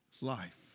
life